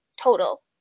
total